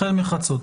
החל מחצות.